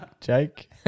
Jake